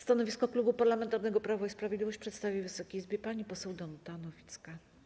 Stanowisko Klubu Parlamentarnego Prawo i Sprawiedliwość przedstawi Wysokiej Izbie pani poseł Danuta Nowicka.